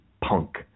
punk